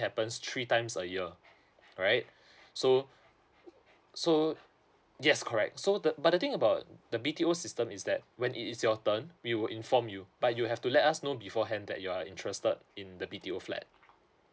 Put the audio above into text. happens three times a year alright so so yes correct so the but the thing about the B_T_O system is that when it is your turn we will inform you but you have to let us know beforehand that you are interested in the B_T_O flat